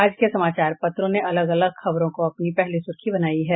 आज के समाचार पत्रों ने अलग अलग खबरों को अपनी पहली सुर्खी बनायी है